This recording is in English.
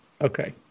Okay